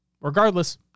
regardless